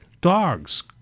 dogs